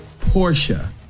Portia